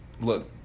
look